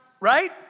right